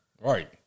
right